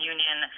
Union